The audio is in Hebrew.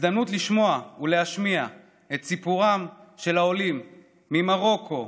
הזדמנות לשמוע ולהשמיע את סיפורם של העולים ממרוקו,